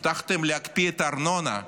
הבטחתם להקפיא את הארנונה,